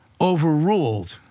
overruled